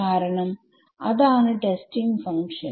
കാരണം അതാണ് testing function